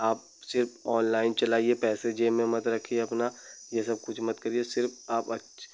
आप सिर्फ ऑनलाइन चलाइए पैसे जेब में मत रखिए अपना ये सब कुछ मत करिए सिर्फ आप अच्छ